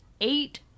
eight